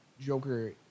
Joker